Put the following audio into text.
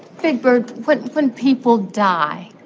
big bird, when when people die,